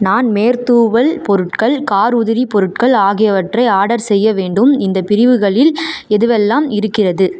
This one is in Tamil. நான் மேற்தூவல் பொருட்கள் கார் உதிரி பொருட்கள் ஆகியவற்றை ஆர்டர் செய்ய வேண்டும் இந்தப் பிரிவுகளில் எதுவெல்லாம் இருக்கிறது